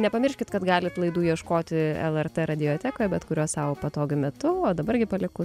nepamirškit kad galit laidų ieškoti lrt radiotekoje bet kuriuo sau patogiu metu o dabar gi palieku